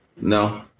No